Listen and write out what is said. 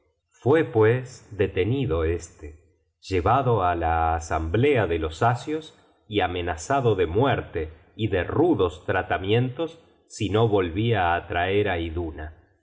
fue pues detenido este llevado á la asamblea de los asios y amenazado de muerte y de rudos tratamientos si no volvia á traer á iduna